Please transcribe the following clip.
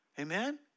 Amen